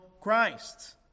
Christ